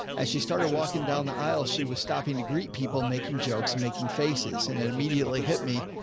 as she started walking down the aisle, she was stopping to greet people, making jokes, making faces, and it immediately hit me.